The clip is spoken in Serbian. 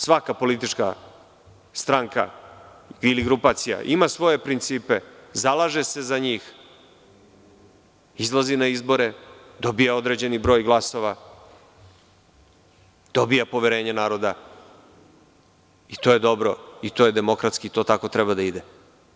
Svaka politička stranka ili grupacija ima svoje principe, zalaže se za njih, izlazi na izbore, dobija određeni broj glasova, dobija poverenje naroda i to je dobro, to je demokratski i to tako treba da ide.